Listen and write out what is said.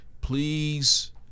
Please